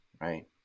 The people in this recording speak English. right